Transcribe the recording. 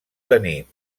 tenir